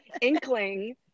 inkling